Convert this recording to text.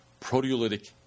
proteolytic